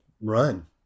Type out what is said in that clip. run